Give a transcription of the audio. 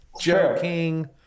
Joking